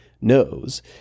knows